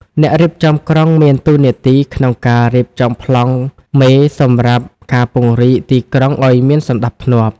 អ្នករៀបចំក្រុងមានតួនាទីក្នុងការរៀបចំប្លង់មេសម្រាប់ការពង្រីកទីក្រុងឱ្យមានសណ្តាប់ធ្នាប់។